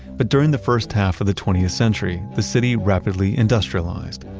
but during the first half of the twentieth century, the city rapidly industrialized.